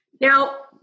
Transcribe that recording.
Now